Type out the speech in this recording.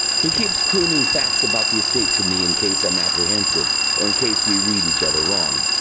he keeps crooning facts about the estate to me in case i'm apprehensive or in case we read each other wrong.